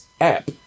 app